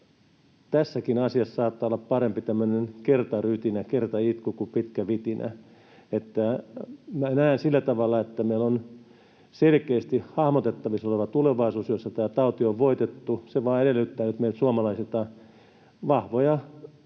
tässäkin asiassa saattaa olla parempi tämmöinen kertarytinä, kertaitku kuin pitkä vitinä. Minä näen sillä tavalla, että meillä on selkeästi hahmotettavissa oleva tulevaisuus, jossa tämä tauti on voitettu. Se vain edellyttää nyt meiltä suomalaisilta vahvaa uskoa